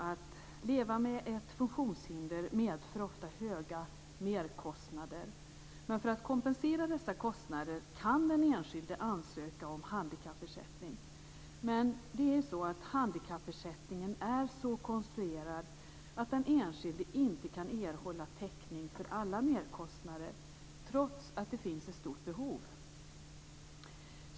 Att leva med ett funktionshinder medför ofta höga merkostnader. Men för att kompensera dessa kostnader kan den enskilde ansöka om handikappersättning. Men handikappersättningen är så konstruerad att den enskilde inte kan erhålla täckning för alla merkostnader, trots att det finns ett stort behov.